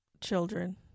Children